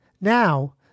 Now